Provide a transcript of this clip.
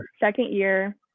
second-year